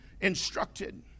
instructed